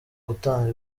gutanga